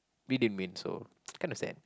we didn't win so kind of sad